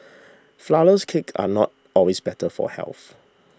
Flourless Cakes are not always better for health